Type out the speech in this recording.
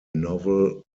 novel